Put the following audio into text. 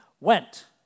went